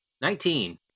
Nineteen